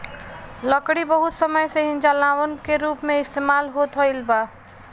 लकड़ी बहुत समय से ही जलावन के रूप में इस्तेमाल होत आईल बा